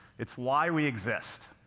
it's why we exist.